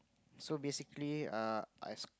so basically err I